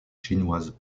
chinoise